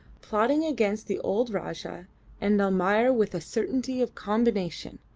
plotting against the old rajah and almayer with a certainty of combination,